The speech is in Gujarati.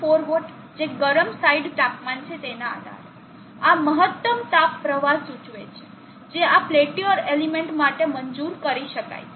4 વોટ જે ગરમ સાઇડ તાપમાન છે તેના આધારે આ મહત્તમ તાપ પ્રવાહ સૂચવે છે જે આ પેલ્ટીઅર એલિમેન્ટ માટે મંજૂરી કરી શકાય છે